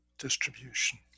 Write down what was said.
Distribution